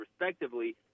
respectively